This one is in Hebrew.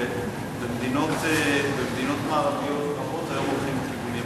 במדינות מערביות רבות היום הולכים לכיוונים האלה.